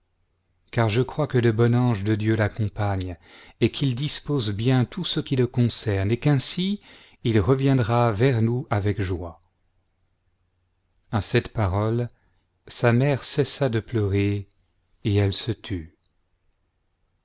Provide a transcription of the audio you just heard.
car je crois que le bon ange de dieu l'accompagne et qu'il dispose bien tout ce qui le concerne et qu'ainsi il reviendra vers nous avec joie a cette parole sa mère cessa de pleurer et elle se tut